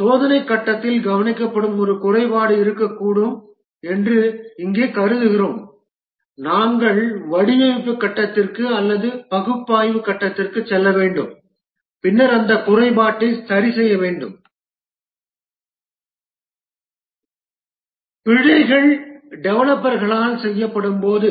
சோதனைக் கட்டத்தில் கவனிக்கப்படும் ஒரு குறைபாடு இருக்கக்கூடும் என்று இங்கே கருதுகிறோம் நாங்கள் வடிவமைப்பு கட்டத்திற்கு அல்லது பகுப்பாய்வு கட்டத்திற்குச் செல்ல வேண்டும் பின்னர் அந்த குறைபாட்டை சரிசெய்ய வேண்டும் பிழைகள் டெவலப்பர்களால் செய்யப்படும்போது